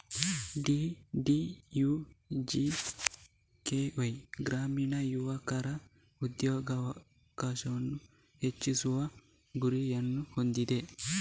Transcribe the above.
DDUJKY ಗ್ರಾಮೀಣ ಯುವಕರ ಉದ್ಯೋಗಾವಕಾಶವನ್ನು ಹೆಚ್ಚಿಸುವ ಗುರಿಯನ್ನು ಹೊಂದಿದೆ